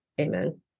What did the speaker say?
Amen